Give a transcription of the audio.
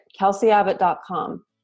KelseyAbbott.com